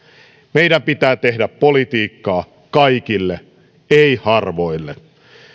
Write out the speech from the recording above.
meidän pitää tehdä politiikkaa kaikille ei harvoille